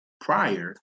prior